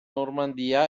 normandia